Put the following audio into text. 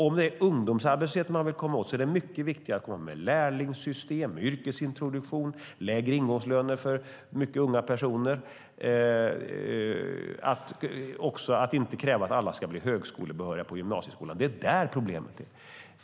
Om man ska komma åt ungdomsarbetslösheten är det viktigare att införa lärlingssystem, yrkesintroduktion, lägre ingångslöner för unga personer och att inte kräva att alla ska bli högskolebehöriga på gymnasieskolan. Det är där problemet finns.